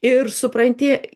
ir supranti